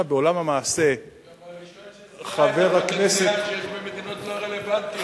הוא גם הראשון שזיהה את הפוטנציאל שיש במדינות לא רלוונטיות.